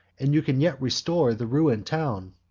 and you can yet restore the ruin'd town.